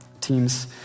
Team's